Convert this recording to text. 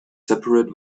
separate